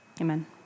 Amen